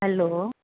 hello